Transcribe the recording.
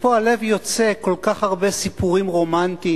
ופה הלב יוצא, כל כך הרבה סיפורים רומנטיים.